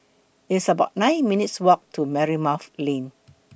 It's about nine minutes' Walk to Marymount Lane